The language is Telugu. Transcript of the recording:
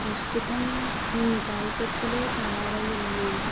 ప్రస్తుతం మీ మిఠాయి కొట్టులో తయారై ఉన్నాయా